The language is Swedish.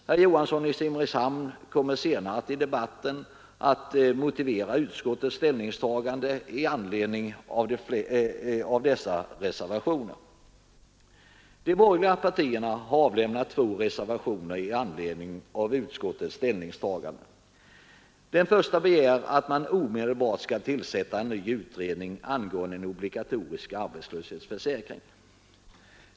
Herr Johansson i Simrishamn kommer senare i debatten att i anledning av dessa reservationer utförligare motivera utskottets ställningstagande. De borgerliga partierna har avlämnat två reservationer i anledning av utskottets ställningstagande. I den första begärs att man omedelbart skall tillsätta en ny utredning angående en obligatorisk arbetslöshetsförsäkring.